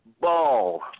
ball